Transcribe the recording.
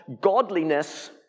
godliness